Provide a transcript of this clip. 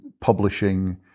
publishing